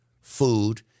food